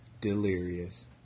Delirious